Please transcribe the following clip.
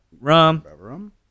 Rum